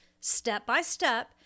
step-by-step